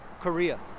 Korea